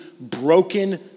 broken